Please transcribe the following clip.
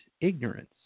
ignorance